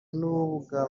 n’urubuga